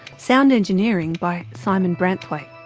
sound engineering by simon branthwaite.